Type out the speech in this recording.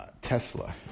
Tesla